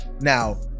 Now